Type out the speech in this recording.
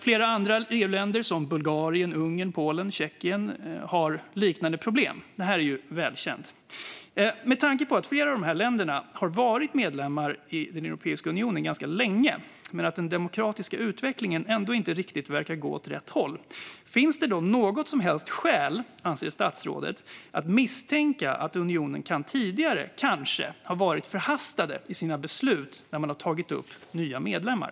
Flera andra EU-länder som Bulgarien, Ungern, Polen och Tjeckien har liknande problem. Det här är ju välkänt. Med tanke på att flera av dessa länder har varit medlemmar i Europeiska unionen ganska länge men den demokratiska utvecklingen ändå inte riktigt verkar gå åt rätt håll, anser statsrådet att det finns något som helst skäl att misstänka att unionen tidigare kanske har varit förhastad i sina beslut när man har tagit upp nya medlemmar?